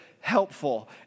helpful